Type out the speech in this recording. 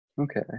Okay